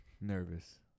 nervous